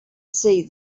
see